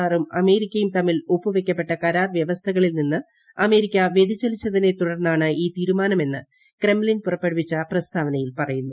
ആറും അമേരിക്കയും തമ്മിൽ ഒപ്പുവയ്ക്കപ്പെട്ട കരാർ വ്യവസ്ഥകളിൽ നിന്ന് അമേരിക്ക വൃതിചലിച്ചതിനെ തുടർന്നാണ് ഈ തീരുമാനമെന്ന് ക്രെംലിൻ പുറപ്പെടുവിച്ച പ്രസ്താവനയിൽ പറയുന്നു